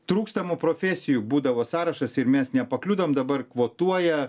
trūkstamų profesijų būdavo sąrašas ir mes nepakliūdavom dabar kvotuoja